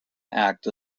act